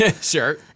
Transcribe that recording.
Sure